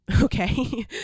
Okay